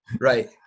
Right